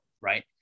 right